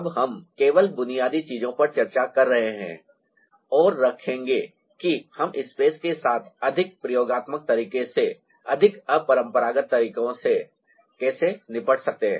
अब हम केवल बुनियादी चीज़ो पर चर्चा कर रहे हैं और देखेंगे कि हम स्पैस के साथ अधिक प्रयोगात्मक तरीके से अधिक अपरंपरागत तरीके से कैसे निपट सकते हैं